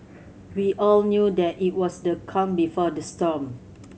we all knew that it was the calm before the storm